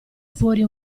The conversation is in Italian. fuori